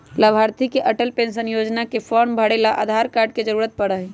लाभार्थी के अटल पेन्शन योजना के फार्म भरे ला आधार कार्ड के जरूरत पड़ा हई